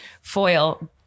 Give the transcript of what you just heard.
foil